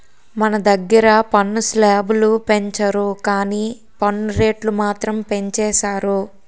మన దగ్గిర పన్ను స్లేబులు పెంచరు గానీ పన్ను రేట్లు మాత్రం పెంచేసారు